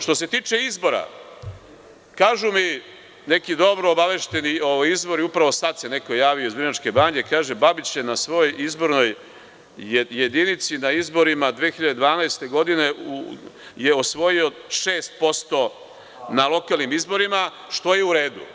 Što se tiče izbora, kažu mi neki dobro obavešteni izvori, upravo sad se neko javio iz Vrnjačke banje, kaže – Babić je na svojoj izbornoj jedinici, na izborima 2012. godine, je osvojio 6% na lokalnim izborima, što je u redu.